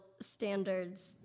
standards